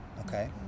Okay